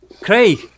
Craig